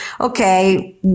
okay